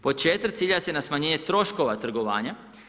Pod 4. cilja se na smanjenje troškova trgovanja.